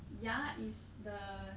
ya is the